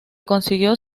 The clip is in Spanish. consiguió